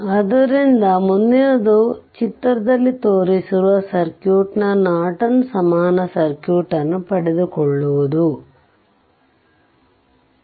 ಆದ್ದರಿಂದ ಮುಂದಿನದು ಚಿತ್ರದಲ್ಲಿ ತೋರಿಸಿರುವ ಸರ್ಕ್ಯೂಟ್ನ ನಾರ್ಟನ್ ಸಮಾನ ಸರ್ಕ್ಯೂಟ್ ಅನ್ನು ಪಡೆದುಕೊಳ್ಳುವುದವುದು